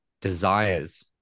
desires